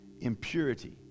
impurity